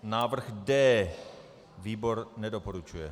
Návrh D výbor nedoporučuje.